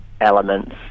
elements